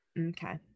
Okay